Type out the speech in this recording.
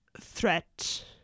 threat